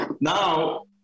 now